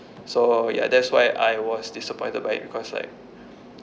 so ya that's why I was disappointed by it because like